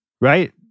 Right